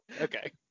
Okay